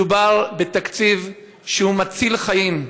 מדובר בתקציב שהוא מציל חיים,